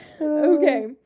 okay